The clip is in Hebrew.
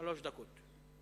שלוש דקות.